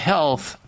Health